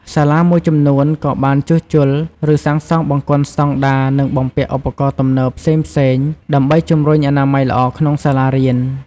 សាលាមួយចំនួនក៏បានជួសជុល ឬសាងសង់បង្គន់ស្តង់ដារ និងបំពាក់ឧបករណ៍ទំនើបផ្សេងៗ ដើម្បីជំរុញអនាម័យល្អក្នុងសាលារៀន។